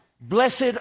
Blessed